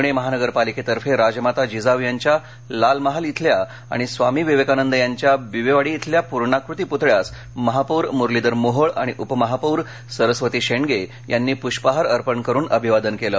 पुणे महानगरपालिकेतर्फे राजमाता जिजाऊ यांच्या लालमहाल इथल्या आणि स्वामी विवेकानंद यांच्या बिबवेवाडी इथल्या पूर्णाकृती पूतळ्यासमहापौर मुरलीधर मोहोळ आणि उपमहापौर सरस्वती शेंडगे यांनी पुष्पहार अर्पण करून अभिवादन केले